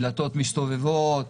דלתות מסתובבות,